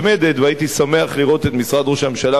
והייתי שמח לראות את משרד ראש הממשלה